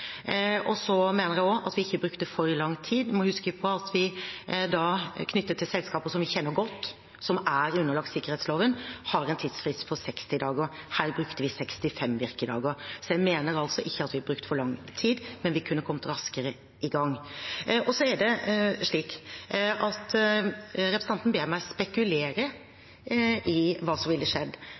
mener også at vi ikke brukte for lang tid. En må huske på at vi da – knyttet til selskaper som vi kjenner godt, og som er underlagt sikkerhetsloven – har en tidsfrist på 60 dager. Her brukte vi 65 virkedager. Så jeg mener altså at vi ikke brukte for lang tid, men vi kunne kommet raskere i gang. Så er det slik at representanten ber meg spekulere i hva som ville skjedd,